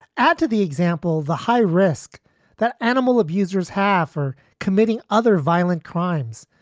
add to the example, the high risk that animal abusers half or committing other violent crimes,